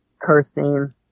cursing